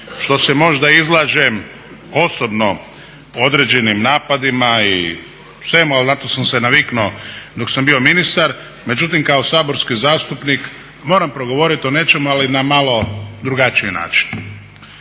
što se možda izlažem osobno određenim napadima i svemu, ali na to sam se naviknuo dok sam bio ministar. Međutim, kao saborski zastupnik moram progovoriti o nečemu ali na malo drugačiji način,